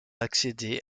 accéder